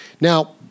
Now